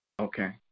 Okay